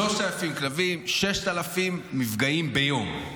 3,000 כלבים, 6,000 מפגעים ביום.